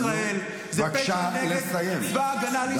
ישראל זקוקה לעוד חיילים,